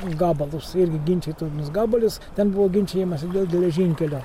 gabalus irgi ginčytinus gabalius ten buvo ginčijamasi dėl geležinkelio